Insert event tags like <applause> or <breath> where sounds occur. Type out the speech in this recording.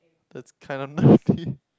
that's kinda <breath> nerdy